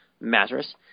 mattress